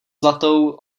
zlatou